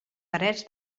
parets